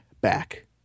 back